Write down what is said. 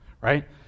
right